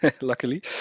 luckily